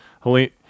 Helene